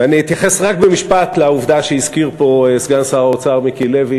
ואני אתייחס רק במשפט לעובדה שהזכיר פה סגן שר האוצר מיקי לוי,